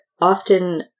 often